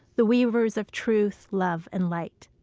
the weavers of truth, love, and light.